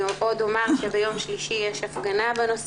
אני עוד אומר שביום שלישי יש הפגנה בנושא